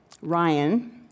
Ryan